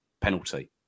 penalty